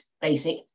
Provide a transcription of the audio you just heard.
basic